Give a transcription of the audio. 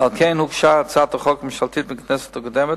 ועל כן הוגשה הצעת החוק הממשלתית בכנסת הקודמת,